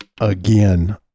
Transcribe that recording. again